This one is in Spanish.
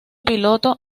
piloto